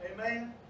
Amen